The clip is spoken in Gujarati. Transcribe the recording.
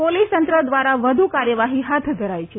પોલીસ તંત્ર દ્વારા વધુ કાર્યવાહી હાથ ધરાઈ છે